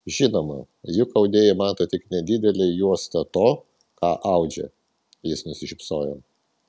žinoma juk audėjai mato tik nedidelę juostą to ką audžia jis nusišypsojo